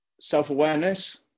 self-awareness